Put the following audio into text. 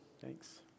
thanks